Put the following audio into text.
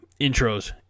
intros